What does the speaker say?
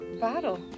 battle